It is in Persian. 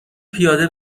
پیاده